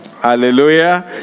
hallelujah